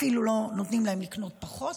אפילו לא נותנים להם לקנות פחות.